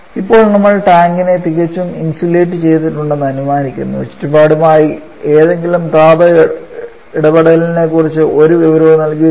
ഇപ്പോൾ നമ്മൾ ടാങ്കിനെ തികച്ചും ഇൻസുലേറ്റ് ചെയ്തിട്ടുണ്ടെന്ന് അനുമാനിക്കുന്നു ചുറ്റുപാടുമായി ഏതെങ്കിലും താപ ഇടപെടലിനെക്കുറിച്ച് ഒരു വിവരവും നൽകിയിട്ടില്ല